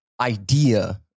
idea